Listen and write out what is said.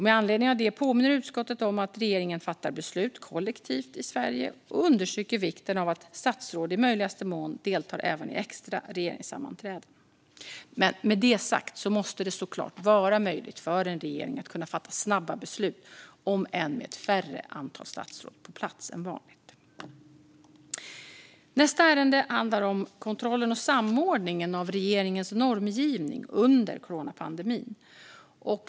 Med anledning av det påminner utskottet om att regeringen fattar beslut kollektivt i Sverige och understryker vikten av att statsråd i möjligaste mån deltar även i extra regeringssammanträden. Men med det sagt måste det såklart vara möjligt för en regering att fatta snabba beslut, om än med ett färre antal statsråd på plats än vanligt. Nästa ärende handlar om kontrollen och samordningen av regeringens normgivning under coronapandemin.